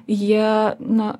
jie na